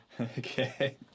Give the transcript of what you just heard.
Okay